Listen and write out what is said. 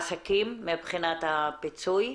כעסקים מבחינת הפיצוי.